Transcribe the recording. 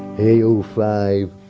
hey oh-five,